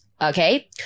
okay